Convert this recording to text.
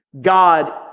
God